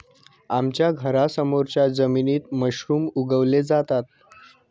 आमच्या घरासमोरच्या जमिनीत मशरूम उगवले जातात